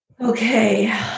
Okay